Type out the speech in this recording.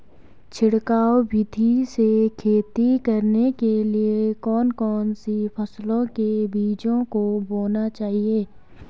छिड़काव विधि से खेती करने के लिए कौन कौन सी फसलों के बीजों को बोना चाहिए?